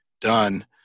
done